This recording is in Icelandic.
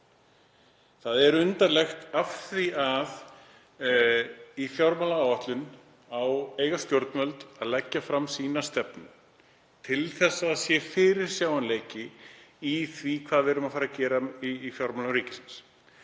Það er undarlegt af því að í fjármálaáætlun eiga stjórnvöld að leggja fram stefnu sína til þess að það sé fyrirsjáanleiki í því hvað við erum að fara að gera í fjármálum ríkisins,